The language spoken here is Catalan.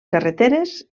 carreteres